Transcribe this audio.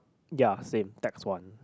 ya same tax one